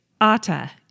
ATA